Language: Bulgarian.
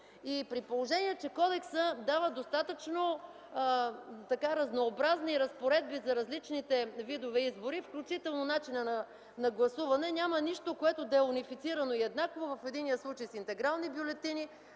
При положение че кодексът дава достатъчно разнообразни разпоредби за различните видове избори, включително начина на гласуване, няма нищо, което да е унифицирано и еднакво в единия случай с интегрални бюлетини,